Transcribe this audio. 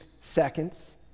seconds